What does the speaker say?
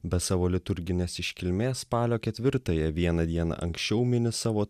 be savo liturginės iškilmės spalio ketvirtąją vieną dieną anksčiau mini savo